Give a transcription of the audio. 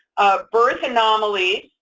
birth anomalies,